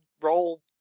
roll